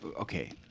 okay